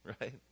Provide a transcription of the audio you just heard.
right